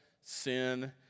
sin